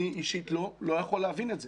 אני אישית לא יכול להבין את זה,